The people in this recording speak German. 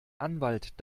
anwalt